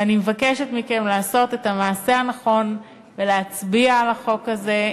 ואני מבקשת מכם לעשות את המעשה הנכון ולהצביע בעד ל החוק הזה,